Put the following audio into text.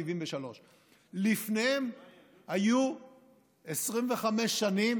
73'. לפניהן היו 25 שנים